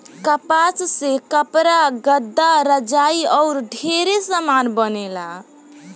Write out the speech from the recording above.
कपास से कपड़ा, गद्दा, रजाई आउर ढेरे समान बनेला